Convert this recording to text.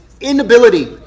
inability